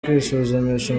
kwisuzumisha